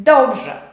Dobrze